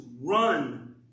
run